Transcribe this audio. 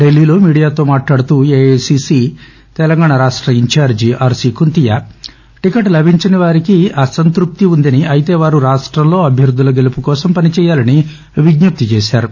ధిల్లీలో మీడియాతో మాట్లాడుతూ ఏఐసిసి తెలంగాణ రాష్ట ఇన్ఛార్జి ఆర్సి కుంతియా టికెట్ లభించనివారికి అసంత్భప్తి వుందని అయితే వారు రాష్టంలో అభ్యర్దుల గెలుపు కోసం పని చేయాలని విజ్ఞప్తి చేశారు